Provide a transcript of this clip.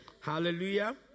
Hallelujah